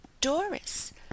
Doris